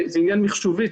זה עניין מחשובי,